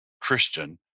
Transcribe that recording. Christian